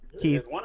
Keith